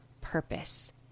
purpose